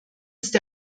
ist